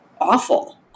awful